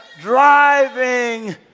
driving